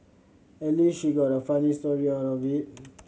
at least she got a funny story out of it